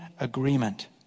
agreement